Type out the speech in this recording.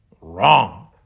wrong